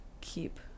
keep